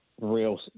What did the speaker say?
real